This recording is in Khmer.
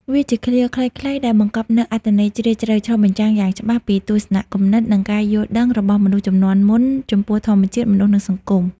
វាជាឃ្លាខ្លីៗដែលបង្កប់នូវអត្ថន័យជ្រាលជ្រៅ ឆ្លុះបញ្ចាំងយ៉ាងច្បាស់ពីទស្សនៈ គំនិត និងការយល់ដឹងរបស់មនុស្សជំនាន់មុនចំពោះធម្មជាតិ មនុស្ស និងសង្គម។